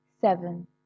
seven